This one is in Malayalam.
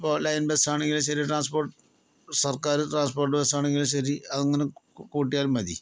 ഇപ്പോൾ ലൈൻ ബസ് ആണെങ്കിലും ശരി ട്രാൻസ്പോട്ട് സർക്കാര് ട്രാൻസ്പോട്ട് ബസ് ആണെങ്കിലും ശരി അത് അങ്ങനെ കൂട്ടിയാൽ മതി